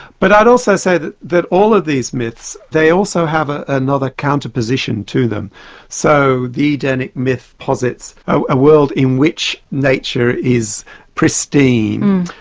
but i'd also say that that all of these myths, they also have ah another counter position to them so the edenic myth posits a world in which nature is pristine,